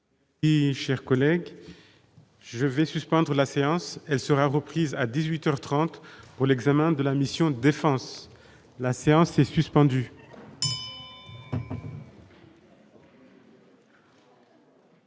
Et chers collègues, je vais suspendre la séance, elle sera reprise à 18 heures 30 pour l'examen de la mission défense la séance est suspendue.